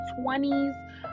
20s